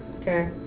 Okay